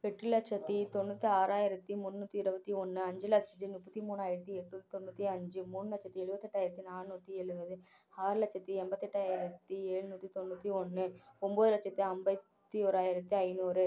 எட்டு லட்சத்தி தொண்ணூற்றி ஆறாயிரத்தி முன்னூற்றி இருபத்தி ஒன்று அஞ்சு லட்சத்தி முப்பத்தி மூணாயிரத்தி எட்நூத்தி தொண்ணூற்றி அஞ்சு மூணு லட்சத்தி எழுபத்தெட்டாயிரத்தி நானூற்றி எழுபது ஆறு லட்சத்தி எண்பத்தி எட்டாயிரத்தி ஏழ்நூற்றி தொண்ணூற்றி ஒன்று ஒம்போது லட்சத்தி ஐம்பத்தி ஓராயிரத்தி ஐநூறு